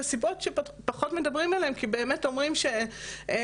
וסיבות שפחות מדברים עליהן כי באמת אומרים שנשים,